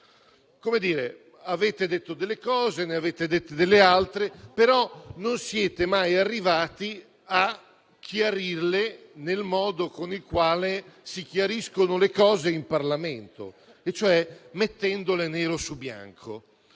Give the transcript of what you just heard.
come dire, avete detto prima delle cose e poi ne avete dette delle altre, però non siete arrivati mai a chiarirle nel modo con il quale si chiariscono le cose in Parlamento, cioè mettendole nero su bianco.